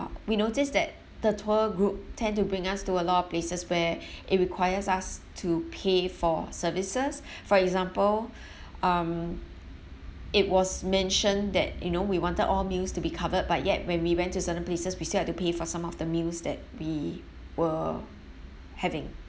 we notice that the tour group tend to bring us to a lot of places where it requires us to pay for services for example um it was mentioned that you know we wanted all meals to be covered but yet when we went to certain places we still have to pay for some of the meals that we were having